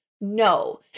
No